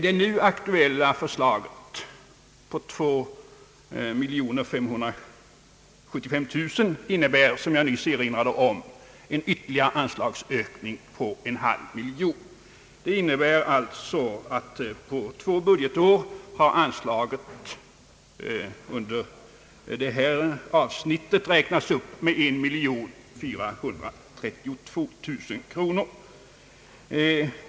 Det nu aktuella förslaget om 2575 000 kronor innebär, som jag nyss erinrade om, en ytterligare anslagsökning på en halv miljon. Anslaget under detta avsnitt har alltså på två budgetår räknats upp med 1 432 000 kronor.